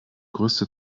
größte